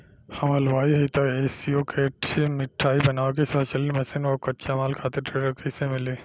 हम हलुवाई हईं त ए.सी शो कैशमिठाई बनावे के स्वचालित मशीन और कच्चा माल खातिर ऋण कइसे मिली?